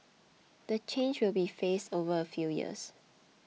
the change will be phased over a few years